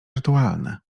rytualne